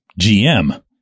GM